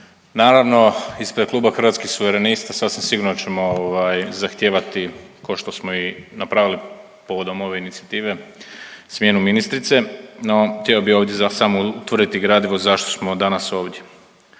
Naravno, ispred Kluba Hrvatskih suverenista sasvim sigurno ćemo ovaj zahtijevati kao što smo i napravili povodom ove inicijative smjenu ministrice, no htio bih ovdje samo utvrditi gradivo zašto smo danas ovdje.